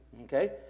okay